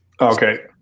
okay